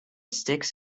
sticks